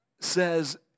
says